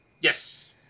yes